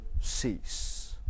cease